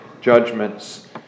judgments